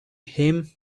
him